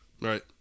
Right